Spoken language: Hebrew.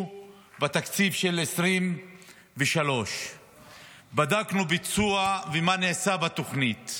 בתקציב של 2023. בדקנו ביצוע ומה נעשה בתוכנית.